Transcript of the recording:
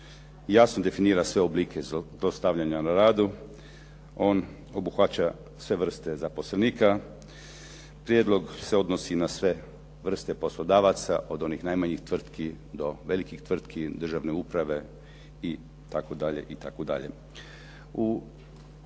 jasno definira sve oblike zlostavljanja na radu. On obuhvaća sve vrste zaposlenika. Prijedlog se odnosi na sve vrste poslodavaca od onih najmanjih tvrtki do velikih tvrtki državne uprave itd.